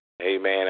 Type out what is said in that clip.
Amen